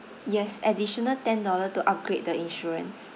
yes additional ten dollar to upgrade the insurance